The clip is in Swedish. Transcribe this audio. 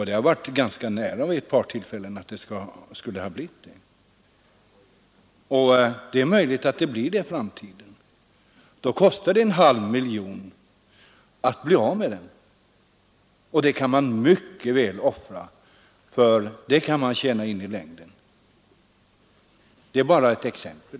Det har varit ganska nära vid ett par tillfällen att det blivit en sådan, och det är möjligt att det blir en i framtiden. Då kostar det en halv miljon att bli av med den, och det kan företaget mycket väl offra, ty det tjänar man in i längden. Detta är bara ett exempel.